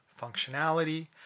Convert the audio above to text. functionality